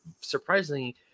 surprisingly